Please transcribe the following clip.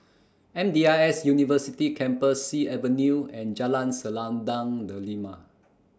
M D I S University Campus Sea Avenue and Jalan Selendang Delima